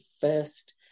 first